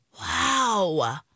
Wow